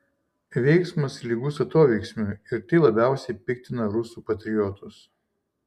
veiksmas lygus atoveiksmiui ir tai labiausiai piktina rusų patriotus